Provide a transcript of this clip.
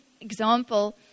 example